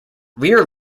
rear